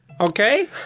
Okay